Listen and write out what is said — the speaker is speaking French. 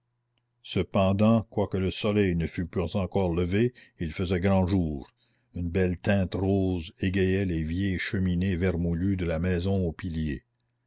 cependant quoique le soleil ne fût pas encore levé il faisait grand jour une belle teinte rose égayait les vieilles cheminées vermoulues de la